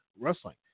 Wrestling